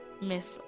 Miss